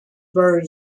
buried